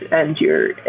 and you're,